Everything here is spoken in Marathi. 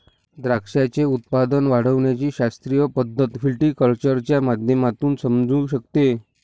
द्राक्षाचे उत्पादन वाढविण्याची शास्त्रीय पद्धत व्हिटीकल्चरच्या माध्यमातून समजू शकते